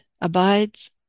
abides